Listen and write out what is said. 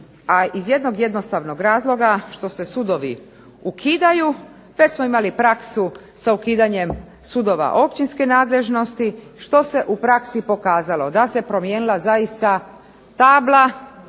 a iz jednog jednostavnog razloga što se sudovi ukidaju, te smo imali praksu sa ukidanjem sudova općinske nadležnosti, što se u praksi pokazalo da se promijenila zaista tabla,